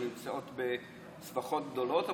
הן נמצאות בסבכות גדולות,